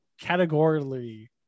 categorically